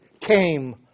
came